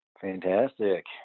Fantastic